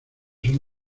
son